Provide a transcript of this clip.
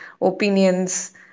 opinions